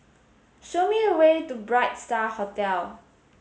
show me the way to Bright Star Hotel